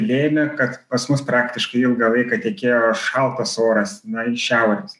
lėmė kad pas mus praktiškai ilgą laiką tekėjo šaltas oras na iš šiaurės